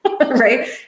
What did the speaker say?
right